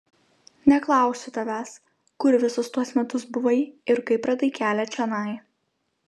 neklausiu tavęs kur visus tuos metus buvai ir kaip radai kelią čionai